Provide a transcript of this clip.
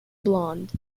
blonde